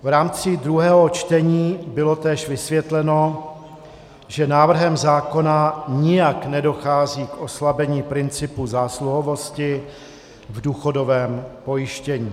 V rámci druhého čtení bylo též vysvětleno, že návrhem zákona nijak nedochází k oslabení principu zásluhovosti v důchodovém pojištění.